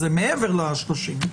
זה מעבר ל-30.